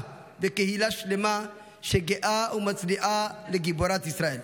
וקהילה שלמה שגאה ומצדיעה לגיבורת ישראל.